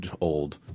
old